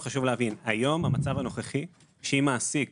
היום המצב הנוכחי הוא שאם מעסיק